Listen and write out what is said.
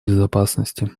безопасности